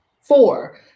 Four